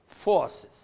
forces